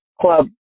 club